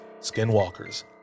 skinwalkers